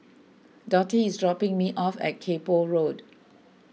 Dottie is dropping me off at Kay Poh Road